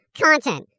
content